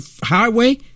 highway